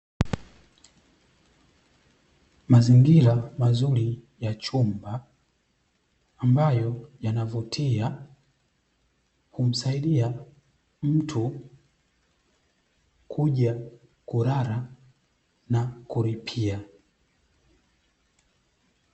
Mazingira mazuri ya chumba ambayo yanavutia kumsaidia mtu, kuja kulala na kulipia.